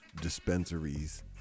dispensaries